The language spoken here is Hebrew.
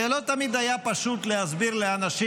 ולא תמיד היה פשוט להסביר לאנשים